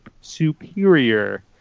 superior